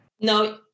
no